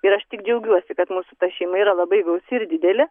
ir aš tik džiaugiuosi kad mūsų ta šeima yra labai gausi ir didelė